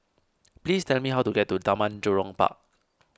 please tell me how to get to Taman Jurong Park